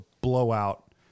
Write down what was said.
blowout